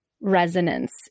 resonance